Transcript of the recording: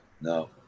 No